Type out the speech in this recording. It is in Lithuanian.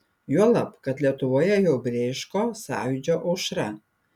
juolab kad lietuvoje jau brėško sąjūdžio aušra